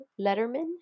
Letterman